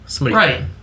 Right